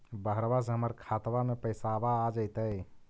बहरबा से हमर खातबा में पैसाबा आ जैतय?